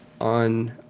on